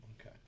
Okay